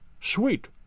sweet